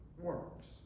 works